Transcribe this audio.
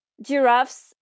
giraffes